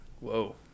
Whoa